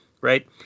right